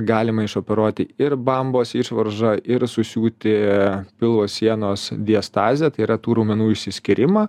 galima išoperuoti ir bambos išvaržą ir susiūti pilvo sienos diastazę tai yra tų raumenų išsiskyrimą